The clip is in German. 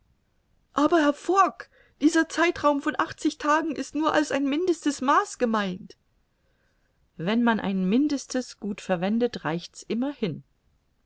aber herr fogg dieser zeitraum von achtzig tagen ist nur als ein mindestes maß gemeint wenn man ein mindestes gut verwendet reicht's immer